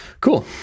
Cool